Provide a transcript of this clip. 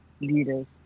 leaders